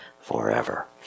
forever